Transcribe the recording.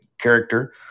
character